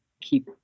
keep